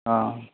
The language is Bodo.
औ